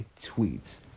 tweets